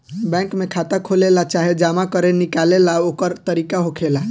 bank में खाता खोलेला चाहे जमा करे निकाले ला ओकर तरीका होखेला